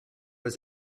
was